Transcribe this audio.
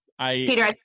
Peter